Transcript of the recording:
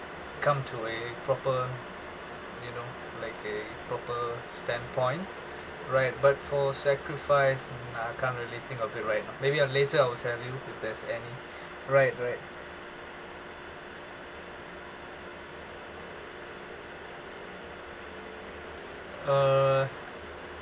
come to a proper you know like a proper stand point right but for sacrifice nah I can't really think of it right now may be later I will tell you if there's any right right err